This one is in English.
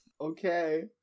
Okay